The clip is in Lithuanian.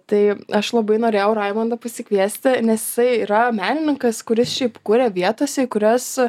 tai aš labai norėjau raimundą pasikviesti nes jisai yra menininkas kuris šiaip kuria vietose į kurias